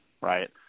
right